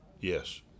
Yes